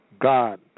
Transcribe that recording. God